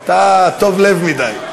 אתה טוב לב מדי.